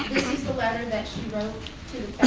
the letter that she wrote to